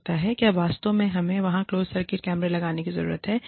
क्या वास्तव में हमें वहां क्लोज सर्किट कैमरे लगाने की जरूरत है